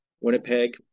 Winnipeg